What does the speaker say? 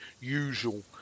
usual